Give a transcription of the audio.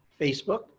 Facebook